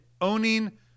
owning